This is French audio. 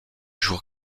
jour